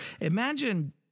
Imagine